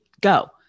go